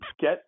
get